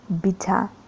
bitter